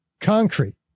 concrete